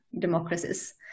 democracies